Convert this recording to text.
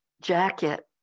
jacket